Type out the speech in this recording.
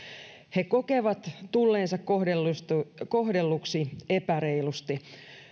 he kokevat tulleensa kohdelluiksi epäreilusti